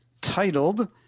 titled